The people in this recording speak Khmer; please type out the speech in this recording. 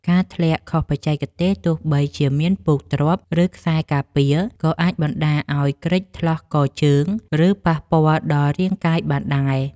ការធ្លាក់ខុសបច្ចេកទេស ទោះបីជាមានពូកទ្រាប់ ឬខ្សែការពារ ក៏អាចបណ្ដាលឱ្យគ្រេចថ្លោះកជើង ឬប៉ះទង្គិចដល់រាងកាយបានដែរ។